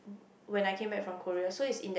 when I came back from Korea so it's in then